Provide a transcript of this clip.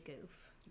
goof